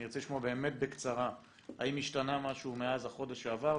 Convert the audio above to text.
אני ארצה לשמוע בקצרה אם השתנה משהו מאז החודש שעבר.